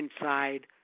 inside